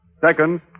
Second